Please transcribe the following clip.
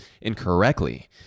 incorrectly